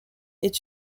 est